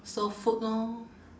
so food lor